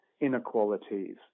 inequalities